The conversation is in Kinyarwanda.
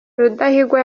rudahigwa